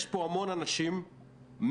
יש פה המון אנשים מקצוענים,